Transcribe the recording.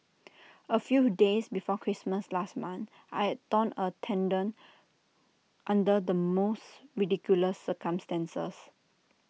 A few days before Christmas last month I had torn A tendon under the most ridiculous circumstances